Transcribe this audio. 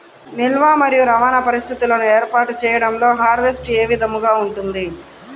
నిల్వ మరియు రవాణా పరిస్థితులను ఏర్పాటు చేయడంలో హార్వెస్ట్ ఏ విధముగా ఉంటుంది?